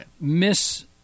miss